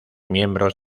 miembros